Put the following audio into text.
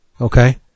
Okay